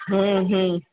हम्म हम्म